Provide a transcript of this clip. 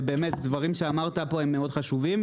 ובאמת, דברים שאמרת פה הם מאוד חשובים.